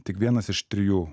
tik vienas iš trijų